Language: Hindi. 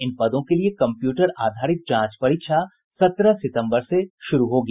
इन पदों के लिए कम्प्यूटर आधारित जांच परीक्षा सत्रह सितम्बर से शुरू होगी